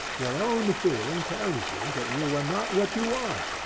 your own feeling tells you that you were not what you are,